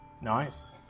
Nice